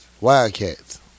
Wildcats